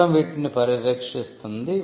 చట్టం వీటిని పరిరక్షిస్తుంది